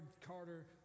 Carter